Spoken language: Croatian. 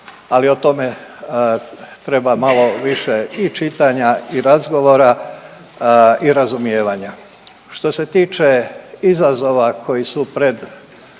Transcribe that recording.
Ali o tome treba malo više čitanja i razgovora i razumijevanja. Što se tiče izazova koji su pred